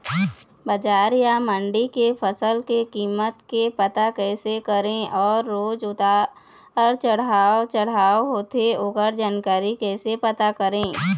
बजार या मंडी के फसल के कीमत के पता कैसे करें अऊ रोज उतर चढ़व चढ़व होथे ओकर जानकारी कैसे पता करें?